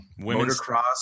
motocross